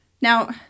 Now